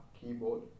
keyboard